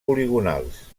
poligonals